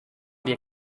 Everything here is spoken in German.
wir